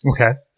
Okay